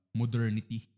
modernity